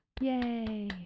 Yay